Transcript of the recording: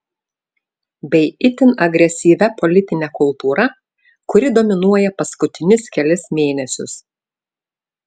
bei itin agresyvia politine kultūra kuri dominuoja paskutinius kelis mėnesius